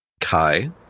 Kai